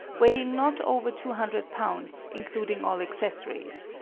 weighing not over two hundred pounds, including all accessories.